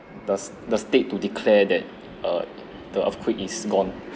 does does the state to declare that uh the earthquake is gone